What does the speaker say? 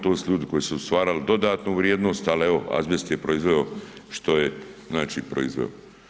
To su ljudi koji su stvarali dodatnu vrijednost, ali evo azbest je proizveo što je proizveo.